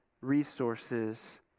resources